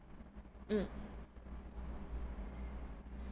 mm